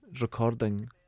recording